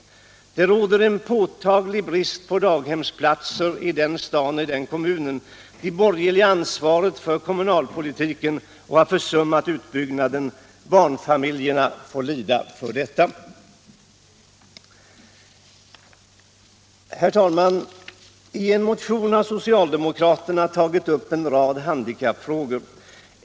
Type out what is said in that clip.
Det råder en påtaglig brist på daghemsplatser i den kommunen. De borgerliga har ansvaret för kommunalpolitiken och har försummat utbyggnaden. Barnfamiljerna får lida för detta. Herr talman! I en motion har socialdemokraterna tagit upp en rad handikappfrågor.